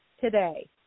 today